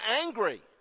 angry